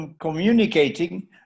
communicating